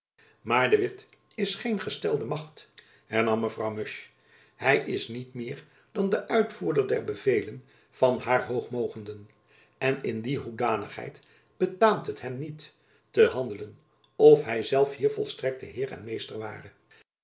de witt is geen gestelde macht hernam mevrouw musch hy is niet meer dan de uitvoerder der bevelen van haar hoog mogenden en in die hoedanigheid betaamt het hem niet te handelen of hy zelf hier volstrekte heer en meester ware